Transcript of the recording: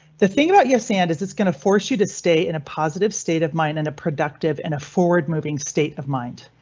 the thing about your sand is it's going to force you to stay in a positive state of mind and a productive in and a forward moving state of mind.